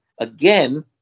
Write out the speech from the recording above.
again